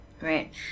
Right